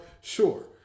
Sure